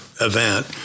event